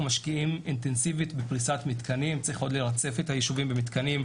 משקיעים אינטנסיבית בפריסת מתקנים צריך עוד לרצף את היישובים במתקנים,